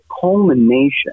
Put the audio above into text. culmination